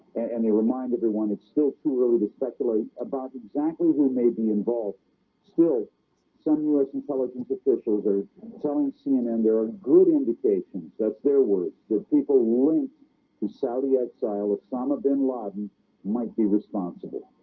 and they remind everyone it's still too early to speculate about exactly who may be involved still some us intelligence officials are telling cnn. there are good indications that's their words their people to saudi exile. osama. bin laden might be responsible